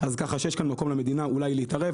כך שיש כאן מקום למדינה אולי להתערב,